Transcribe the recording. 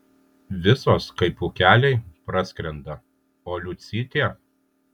visos kaip pūkeliai praskrenda o liucytė